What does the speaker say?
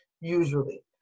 usually